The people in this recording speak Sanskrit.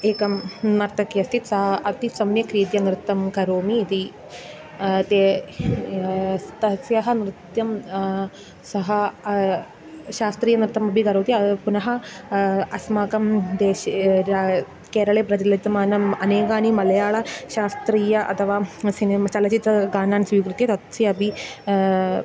एकं नर्तकी अस्ति सा अति सम्यक् रीत्या नृत्तं करोमि इति ते तस्याः नृत्यं सः शास्त्रीयनृत्तमपि करोति पुनः अस्माकं देशे रा केरळे प्रचलितमानम् अनेकानि मलयाळशास्त्रीय अथवा सिनेम् चलचित्र गानान् स्वीकृत्य तस्य अपि